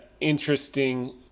interesting